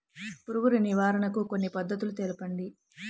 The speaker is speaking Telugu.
పురుగు నివారణకు కొన్ని పద్ధతులు తెలుపండి?